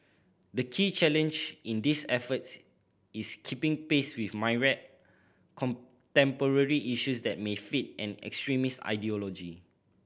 the key challenge in these efforts is keeping pace with myriad contemporary issues that may feed an extremist ideology